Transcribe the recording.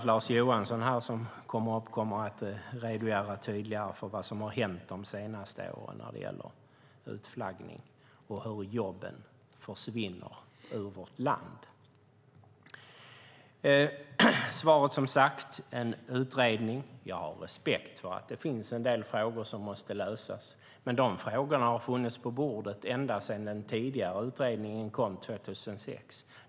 Lars Johansson kommer att redogöra tydligare för vad som har hänt under de senaste åren när det gäller utflaggning och hur jobben försvinner från vårt land. I svaret talas det om en utredning. Jag har respekt för att det finns en del frågor som måste lösas. Men dessa frågor har funnits på bordet ända sedan den tidigare utredningen kom 2006.